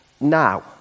now